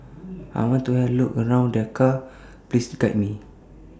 I want to Have A Look around Dhaka Please Guide Me